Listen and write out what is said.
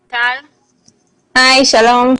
שלום.